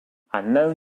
unknown